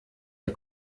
der